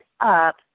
up